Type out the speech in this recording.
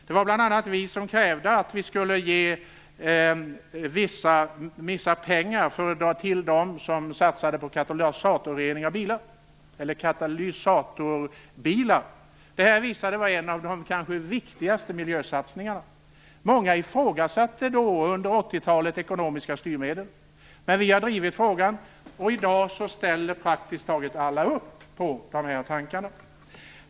Det var bl.a. vi som krävde att vi skulle avsätta pengar till dem som satsade på katalysatorbilar. Det här var kanske en av de viktigaste miljösatsningarna. Många ifrågasatte då, under 80-talet, ekonomiska styrmedel. Men vi har drivit frågan, och i dag ställer praktiskt taget alla upp på de här tankarna.